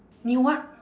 new what